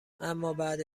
امابعد